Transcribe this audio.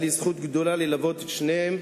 היתה לי זכות גדולה ללוות את שניהם